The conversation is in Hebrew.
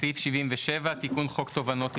סעיף 77 תיקון חוק תובענות ייצוגיות.